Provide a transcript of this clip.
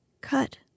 Cut